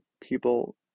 people